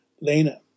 Lena